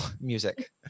music